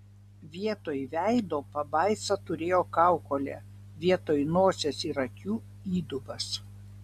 vietoj veido pabaisa turėjo kaukolę vietoj nosies ir akių įdubas